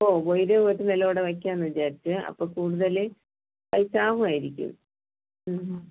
ഓ ഒയിരെ ഒരു നിലകൂടി വയ്ക്കാന്ന് വിചാരിച്ചു അപ്പം കൂടുതൽ പൈസ ആവുവായിരിക്കും